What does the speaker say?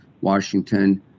washington